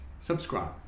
subscribe